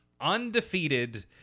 undefeated